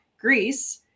Greece